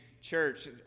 church